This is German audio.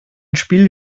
spiel